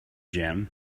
jam